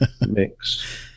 mix